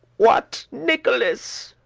what, nicholas?